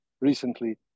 recently